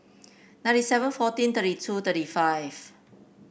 ninety seven fourteen thirty two thirty five